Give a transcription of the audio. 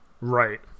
Right